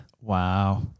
Wow